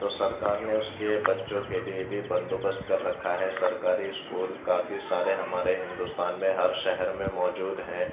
تو سرکار نے اس کے بچّوں کے لیے بھی بندوبست کر رکھا ہے سرکاری اسکول کافی سارے ہمارے ہندوستان میں ہر شہر میں موجود ہیں